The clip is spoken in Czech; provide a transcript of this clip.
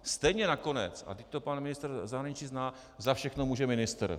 Stejně nakonec, a pan ministr zahraničí to zná, za všechno může ministr.